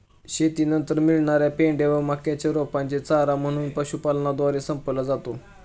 शेतीनंतर मिळणार्या पेंढ्या व मक्याच्या रोपांचे चारा म्हणून पशुपालनद्वारे संपवला जातो